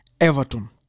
Everton